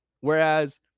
Whereas